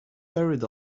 buried